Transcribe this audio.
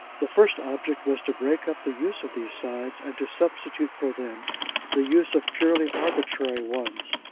the first object was to break up the use of these signs and to substitute for them the use of purely arbitrary ones.